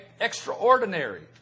extraordinary